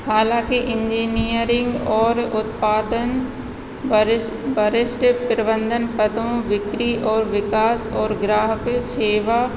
हालाँकि इंजीनियरिंग और उत्पादन वरिष्ठ प्रबंधन पदों बिक्री और विकास और ग्राहक सेवा